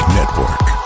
Network